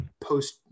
post